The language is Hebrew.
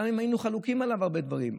גם אם היינו חלוקים עליו בהרבה דברים,